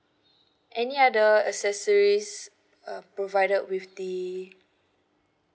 any other accessories uh provided with the